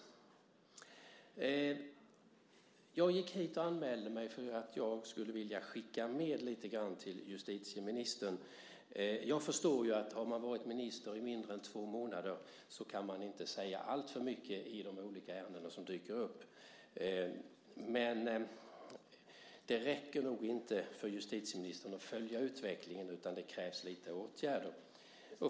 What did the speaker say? Jag anmälde mig till den här debatten därför att jag skulle vilja skicka med lite grann till justitieministern. Jag förstår att om man har varit minister i mindre än två månader så kan man inte säga alltför mycket i de olika ärenden som dyker upp, men det räcker nog inte för justitieministern att följa utvecklingen, utan det krävs lite åtgärder.